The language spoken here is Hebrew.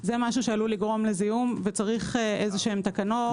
זה עלול לגרום לזיהום וצריך תקנות.